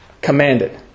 Commanded